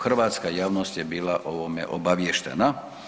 Hrvatska jasnost je bila o ovome obaviještena.